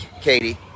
Katie